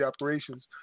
operations